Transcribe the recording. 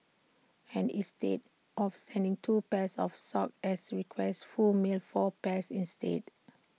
and instead of sending two pairs of socks as requested Foo mailed four pairs instead